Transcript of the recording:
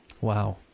Wow